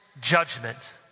judgment